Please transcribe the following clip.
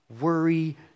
worry